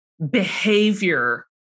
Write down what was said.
behavior